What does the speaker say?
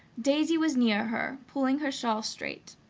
daisy was near her, pulling her shawl straight.